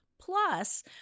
Plus